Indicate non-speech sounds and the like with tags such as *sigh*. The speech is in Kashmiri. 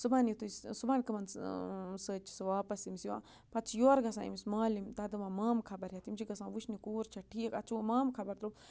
صُبحن یُتھُے صُبحن کمَن سۭتۍ چھِ سُہ واپَس أمِس یِوان پَتہٕ چھِ یورٕ گژھان أمِس مالِم تَتھ دَپان مامہٕ خبر ہٮ۪تھ تِم چھِ گژھان وٕچھنہِ کوٗر چھےٚ ٹھیٖک اَتھ چھُ وۄنۍ مامہٕ خبر *unintelligible*